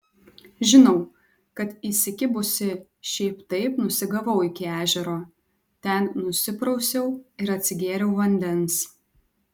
žinau kad įsikibusi šiaip taip nusigavau iki ežero ten nusiprausiau ir atsigėriau vandens